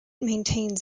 maintains